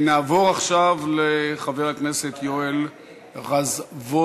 נעבור עכשיו לחבר הכנסת יואל רזבוזוב.